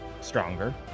stronger